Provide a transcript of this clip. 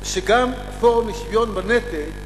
שגם הפורום לשוויון בנטל,